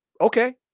okay